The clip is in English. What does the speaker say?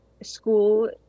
School